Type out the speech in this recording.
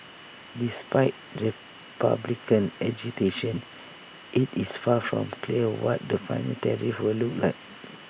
despite republican agitation IT is far from clear what the final tariffs will look like